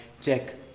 check